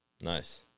Nice